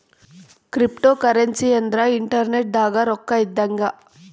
cryptocurrency ಅಂದ್ರ internet ದಾಗ ರೊಕ್ಕ ಇದ್ದಂಗ